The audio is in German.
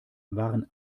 waren